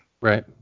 Right